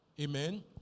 Amen